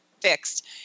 fixed